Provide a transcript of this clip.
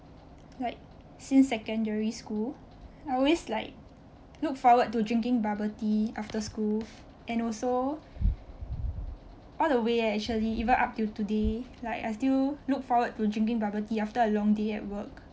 like since secondary school I always like look forward to drinking bubble tea after school and also all the way actually even up till today like I still look forward to drinking bubble tea after a long day at work